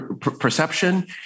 perception